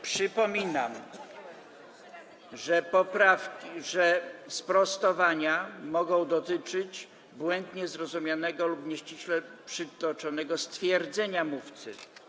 Przypominam, że sprostowania mogą dotyczyć błędnie zrozumianego lub nieściśle przytoczonego stwierdzenia mówcy.